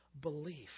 belief